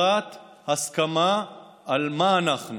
יצירת הסכמה על מה אנחנו,